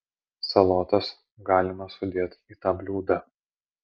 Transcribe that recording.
salotas galima sudėt į tą bliūdą